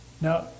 Now